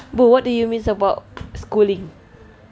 bro what do you miss about schooling